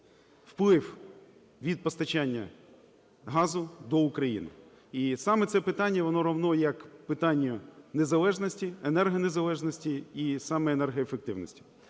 вплив від постачання газу до України. І саме це питання - воно равно як питанню незалежності, енергонезалежності і саме енергоефективності.